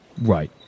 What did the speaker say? Right